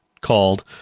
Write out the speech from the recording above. called